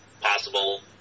possible